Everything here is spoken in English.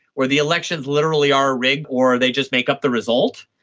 where the elections literally are rigged or they just make up the result,